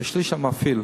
ושליש על המפעיל,